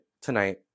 tonight